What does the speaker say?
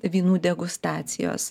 vynų degustacijos